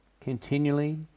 continually